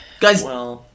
Guys